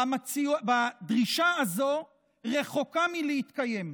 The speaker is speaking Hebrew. הדרישה הזאת רחוקה מלהתקיים.